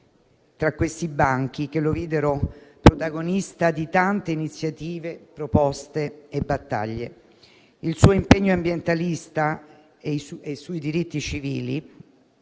tra questi banchi, che lo videro protagonista di tante iniziative, proposte e battaglie. Il suo impegno ambientalista e sui diritti civili